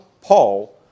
Paul